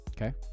Okay